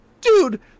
dude